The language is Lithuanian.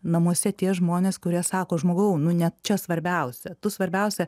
namuose tie žmonės kurie sako žmogau nu čia svarbiausia tu svarbiausia